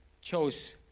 chose